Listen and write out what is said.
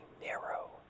narrow